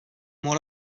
molt